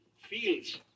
feels